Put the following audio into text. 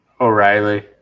O'Reilly